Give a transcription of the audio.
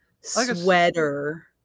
sweater